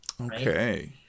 Okay